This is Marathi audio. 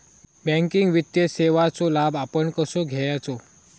बँकिंग वित्तीय सेवाचो लाभ आपण कसो घेयाचो?